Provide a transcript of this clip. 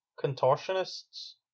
Contortionists